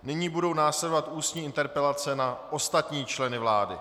Nyní budou následovat ústní interpelace na ostatní členy vlády.